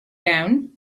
down